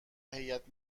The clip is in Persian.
هیات